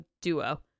duo